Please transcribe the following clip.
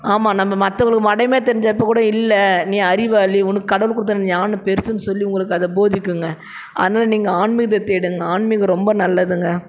ஆமாம் நம்ம மற்றவங்களுக்கு மடமையாக தெரிஞ்சப்போது கூட இல்லை நீ அறிவாளி உனக்கு கடவுள் கொடுத்த ஞானம் பெருசுன்னு சொல்லி உங்களுக்கு அதை போதிக்குங்க அதனால நீங்கள் ஆன்மீகத்தை தேடுங்க ஆன்மீகம் ரொம்ப நல்லதுங்க